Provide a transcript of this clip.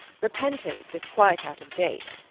repentance is quite out of date.